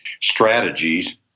strategies